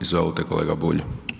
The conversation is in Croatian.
Izvolite kolega Bulj.